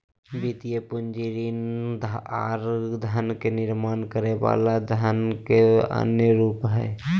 वित्तीय पूंजी ऋण आर धन के निर्माण करे वला धन के अन्य रूप हय